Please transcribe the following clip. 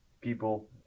people